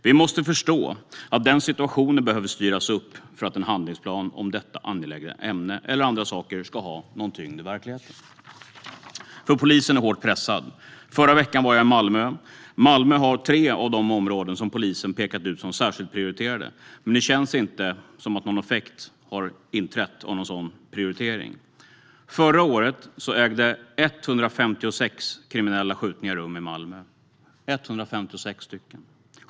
Vi måste förstå att den situationen behöver styras upp för att en handlingsplan om detta angelägna ämne, eller andra saker, ska ha någon tyngd i verkligheten. Polisen är hårt pressad. Förra veckan var jag i Malmö. Malmö har tre av de områden som polisen pekat ut som särskilt prioriterade, men det känns inte som att någon effekt har inträtt av någon sådan prioritering. Förra året ägde 156 kriminella skjutningar rum i Malmö - 156 stycken.